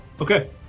Okay